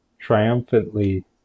triumphantly